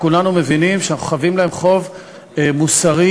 מרב מיכאלי,